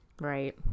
Right